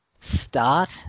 start